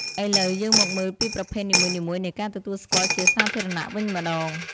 ឥឡូវយើងមកមើលពីប្រភេទនីមួយៗនៃការទទួលស្គាល់ជាសាធារណៈវិញម្ដង។